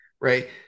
right